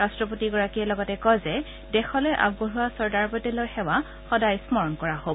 ৰট্টপতিগৰাকীয়ে লগতে কয় যে দেশলৈ আগবঢ়োৱা চৰ্দাৰ পেটেলৰ সেৱা সদায় স্মৰণ কৰা হব